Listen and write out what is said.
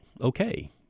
okay